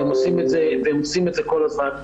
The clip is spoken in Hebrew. והם עושים את זה כל הזמן,